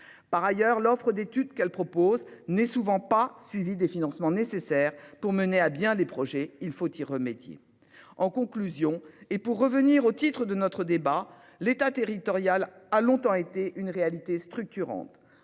Par ailleurs, l'offre d'études qu'elle propose n'est souvent pas suivi des financements nécessaires pour mener à bien des projets, il faut y remédier. En conclusion et pour revenir au titre de notre débat. L'État territorial a longtemps été une réalité structurante